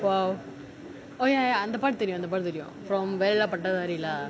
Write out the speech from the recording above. !wow! oh ya ya ya அந்த பாட்டு தெரியும் வேலை இல்லா பட்டதாரி:antha paatu teriyum velai illa pattathaari lah